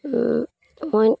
মই